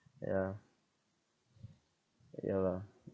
ya ya lah